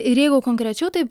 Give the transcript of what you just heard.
ir jeigu konkrečiau tai